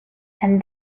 and